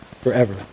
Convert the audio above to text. forever